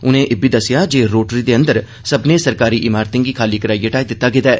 उनें एब्बी दस्सेया जे रोटरी दे अंदर सब्बे सरकारी इमारतें गी खाली कराइयै ाई दिता गेदा ऐ